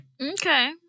Okay